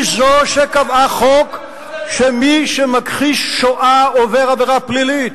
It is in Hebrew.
היא זו שקבעה חוק שמי שמכחיש שואה עובר עבירה פלילית,